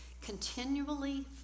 Continually